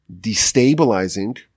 destabilizing